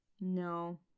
No